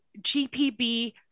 GPB